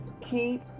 Keep